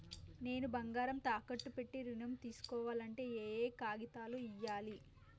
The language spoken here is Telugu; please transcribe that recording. నేను బంగారం తాకట్టు పెట్టి ఋణం తీస్కోవాలంటే ఏయే కాగితాలు ఇయ్యాలి?